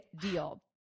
deal